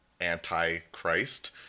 anti-Christ